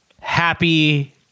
happy